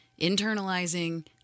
internalizing